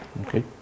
okay